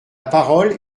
parole